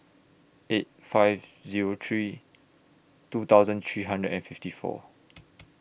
eight five Zero three two thousand three hundred and fifty four